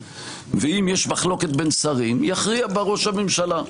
ואם יש מחלוקת בין שרים, יכריע בה ראש הממשלה.